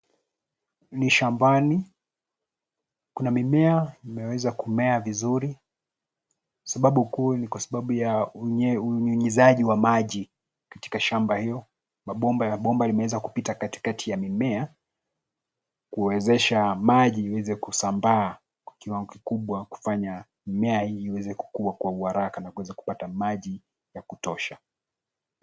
Ni shambani. Kuna mimea imeweza kumea vizuri. Sababu kuu ni kwa sababu ya unyunyizaji wa maji katika shamba hiyo. Mabomba ya bomba imeweza kupita katikati ya mimea, kuwezesha maji iweze kusambaa kwa kiwango kikubwa kufanya mimea iweze kukua kwa uharaka na kuweza kuoata maji ya kutosha.